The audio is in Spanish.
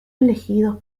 elegidos